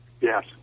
Yes